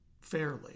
fairly